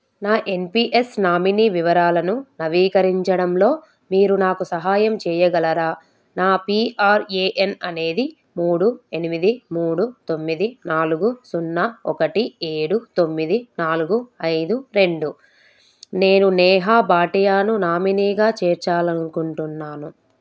నా N P S nominee వివరాలను నవీకరించడంలో మీరు నాకు సహాయం చేయగలరా నా పీ ఆర్ ఏ ఎన్ అనేది మూడు ఎనిమిది మూడు తొమ్మిది నాలుగు సున్నా ఒకటి ఏడు తొమ్మిది నాలుగు ఐదు రెండు నేను నేహా భాటియాను నామినీగా చేర్చాలి అనుకుంటున్నాను